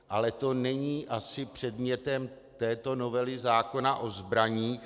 Ale to není asi předmětem této novely zákona o zbraních.